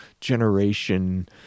generation